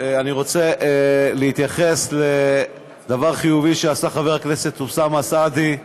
אני רוצה להתייחס לדבר חיובי שעשה חבר הכנסת אוסאמה סעדי.